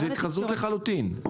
זה התחזות לחלוטין.